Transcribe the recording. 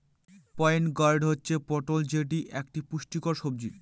pointed gourd হচ্ছে পটল যেটি এক পুষ্টিকর সবজি